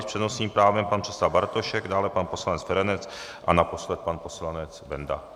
S přednostním právem pan předseda Bartošek, dále pan poslanec Feranec a naposled pan poslanec Benda.